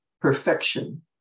perfection